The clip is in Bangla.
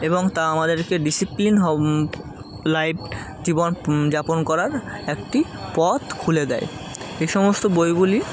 এবং তা আমাদেরকে ডিসিপ্লিন হ লাইফ জীবন যাপন করার একটি পথ খুলে দেয় এ সমস্ত বইগুলি